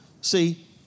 See